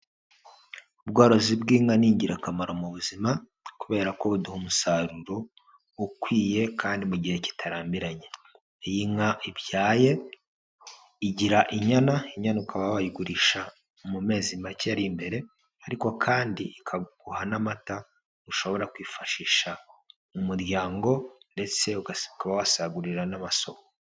Ubworozi bw'inka ni ingirakamaro mu buzima kubera ko buduha umusaruro ukwiye kandi mu gihe kitarambiranye, iyo inka ibyaye igira inyana, inyana ukaba wayigurisha mu mezi make ari imbere ariko kandi ikaguha n'amata ushobora kwifashisha mu muryango ndetse ukaba wasagurira n'amasoko.